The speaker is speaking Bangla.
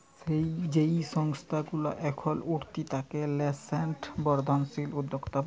যেই সংস্থা গুলা এখল উঠতি তাকে ন্যাসেন্ট বা বর্ধনশীল উদ্যক্তা ব্যলে